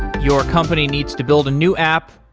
your company needs to build a new app,